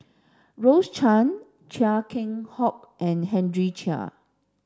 Rose Chan Chia Keng Hock and Henry Chia